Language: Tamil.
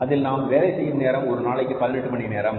அதில் நாம் வேலை செய்யும் நேரம் ஒரு நாளைக்கு 18 மணி நேரம்